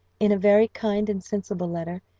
in a very kind and sensible letter,